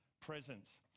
presence